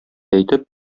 әйтеп